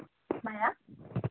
मा